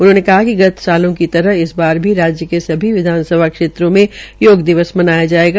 उन्होंने कहा कि गत वर्षों की तरह इस बार भी राज्य के सभी विधानसभा क्षेत्रों में योग दिवस मनाया जाएगा